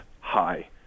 high